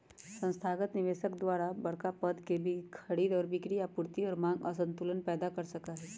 संस्थागत निवेशक द्वारा बडड़ा पद के खरीद और बिक्री आपूर्ति और मांग असंतुलन पैदा कर सका हई